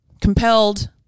compelled